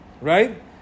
right